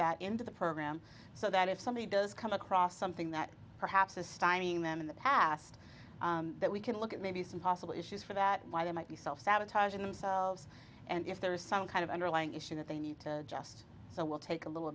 that into the program so that if somebody does come across something that perhaps is stunning them in the past that we can look at maybe some possible issues for that why they might be self sabotaging themselves and if there is some kind of underlying issue that they need to just so will take a little